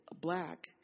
Black